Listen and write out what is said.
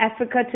Africa